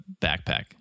backpack